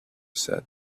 said